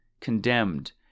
condemned